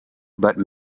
but